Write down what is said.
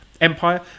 Empire